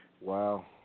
Wow